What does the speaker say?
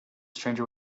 stranger